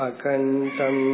Akantam